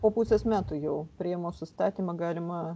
po pusės metų jau priėmus įstatymą galima